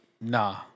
Nah